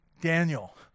Daniel